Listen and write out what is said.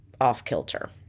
off-kilter